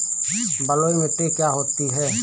बलुइ मिट्टी क्या होती हैं?